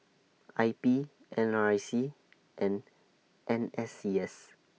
I P N R I C and N S C S